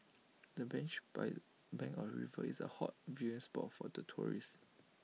the bench by bank of river is A hot viewing spot for the tourists